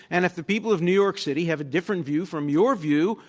and if the people of new york city have a different view from your view,